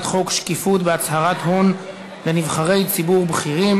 חוק שקיפות בהצהרת הון לנבחרי ציבור בכירים,